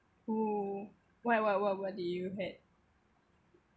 !woo! what what what what did you had